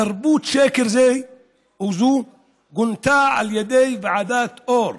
תרבות שקר זו גונתה על ידי ועדת אור,